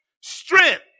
strength